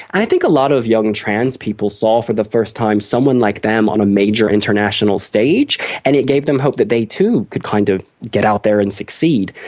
i think a lot of young trans people saw for the first time someone like them on a major international stage and it gave them hope that they too could kind of get out there and succeed.